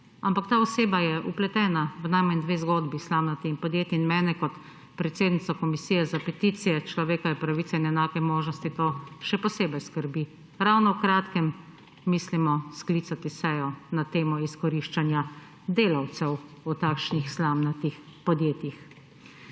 Ampak ta oseba je vpletena v najmanj dve zgodbi s slamnatimi podjetji. In mene kot predsednico Komisije za peticije, človekove pravice in enake možnosti to še posebej skrbi. Ravno v kratkem mislimo sklicati sejo na temo izkoriščanja delavcev v takšnih slamnatih podjetjih.